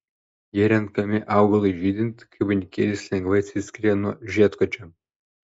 jie renkami augalui žydint kai vainikėlis lengvai atsiskiria nuo žiedkočio